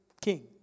king